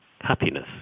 happiness